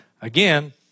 again